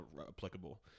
applicable